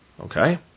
okay